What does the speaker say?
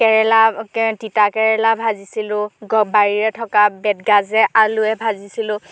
কেৰেলা তিতা কেৰেলা ভাজিছিলোঁ বাৰীৰে থকা বেত গাজে আলুৱে ভাজিছিলোঁ